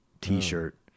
T-shirt